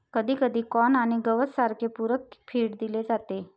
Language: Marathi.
कधीकधी कॉर्न आणि गवत सारखे पूरक फीड दिले जातात